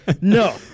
No